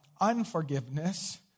unforgiveness